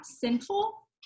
sinful